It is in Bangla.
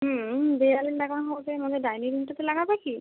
হুম দেওয়ালে লাগানো তবে ডাইনিংটাতে লাগাবে কি